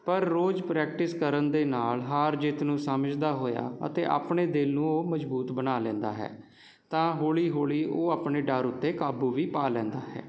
ਪਰ ਰੋਜ਼ ਪ੍ਰੈਕਟਿਸ ਕਰਨ ਦੇ ਨਾਲ਼ ਹਾਰ ਜਿੱਤ ਨੂੰ ਸਮਝਦਾ ਹੋਇਆ ਅਤੇ ਆਪਣੇ ਦਿਲ ਨੂੰ ਉਹ ਮਜ਼ਬੂਤ ਬਣਾ ਲੈਂਦਾ ਹੈ ਤਾਂ ਹੌਲ਼ੀ ਹੌਲ਼ੀ ਉਹ ਆਪਣੇ ਡਰ ਉੱਤੇ ਕਾਬੂ ਵੀ ਪਾ ਲੈਂਦਾ ਹੈ